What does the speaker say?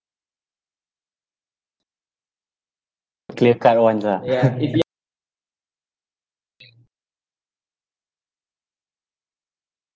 clear cut ones ah